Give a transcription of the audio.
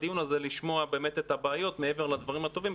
הדיון הזה לשמוע באמת את הבעיות מעבר לדברים הטובים,